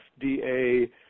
FDA